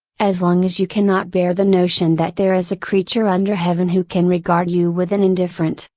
as long as you cannot bear the notion that there is a creature under heaven who can regard you with an indifferent,